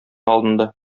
алынды